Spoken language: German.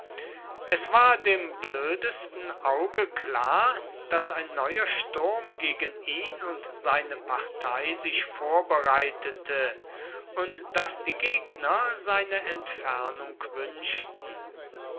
es war dem blödesten auge klar daß ein neuer sturm gegen ihn und seine partei sich vorbereitete und daß die gegner seine entfernung wünschten